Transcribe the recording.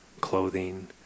clothing